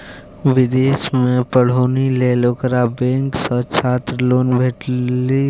विदेशमे पढ़ौनी लेल ओकरा बैंक सँ छात्र लोन भेटलनि